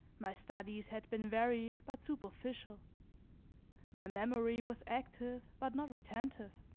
my studies had been varied but superficial my memory was active but not retentive.